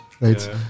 right